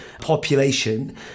population